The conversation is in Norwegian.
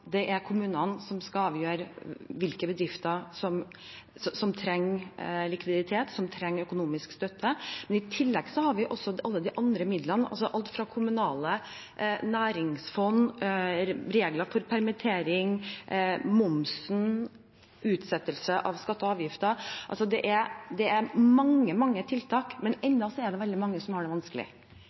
trenger likviditet og økonomisk støtte. I tillegg har vi alle de andre midlene – alt fra kommunale næringsfond, regler for permittering, momsen, utsettelse av skatter og avgifter. Det er mange tiltak, men ennå er det veldig mange som har det vanskelig.